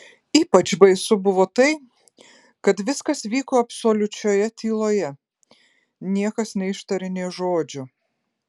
ypač baisu buvo tai kad viskas vyko absoliučioje tyloje niekas neištarė nė žodžio